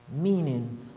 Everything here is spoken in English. meaning